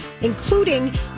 including